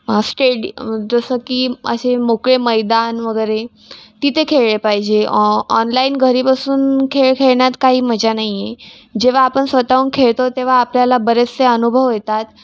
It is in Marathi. स्टेडि जसं की असे मोकळे मैदान वगैरे तिथे खेळले पाहिजे ऑनलाइन घरी बसून खेळ खेळण्यात काही मजा नाही आहे जेव्हा आपण स्वतःहून खेळतो तेव्हा आपल्याला बरेचसे अनुभव येतात